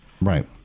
Right